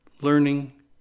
learning